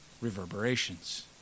reverberations